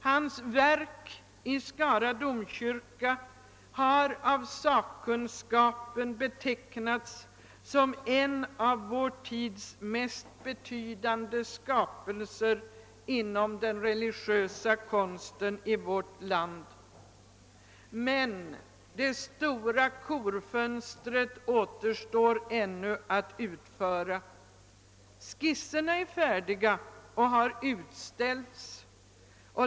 Hans verk i Skara domkyrka har av sakkunskapen betecknats som en av vår tids mest betydande skapelser inom den religiösa konsten i vårt land. Men det stora korfönstret återstår ännu att utföra: Skisserna är färdiga och har utställts.